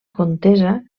contesa